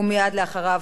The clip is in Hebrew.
מייד אחריו,